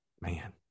man